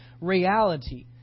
reality